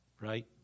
right